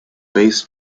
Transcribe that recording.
bass